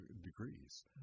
degrees